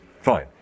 fine